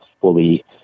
fully